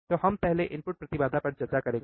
तो हम पहले इनपुट प्रतिबाधा पर चर्चा करेंगे